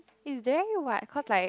very wide cause like